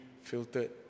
filtered